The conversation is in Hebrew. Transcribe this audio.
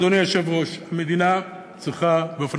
אדוני היושב-ראש: המדינה צריכה באופן